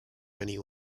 many